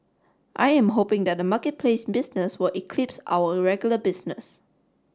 I am hoping that the marketplace business will eclipse our regular business